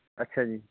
ਅੱਛਾ ਜੀ